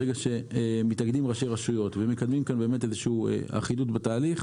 אם יתאגדו ראשי רשויות מקומיות ויקדמו אחידות בתהליך